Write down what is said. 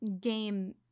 game